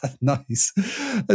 Nice